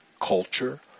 culture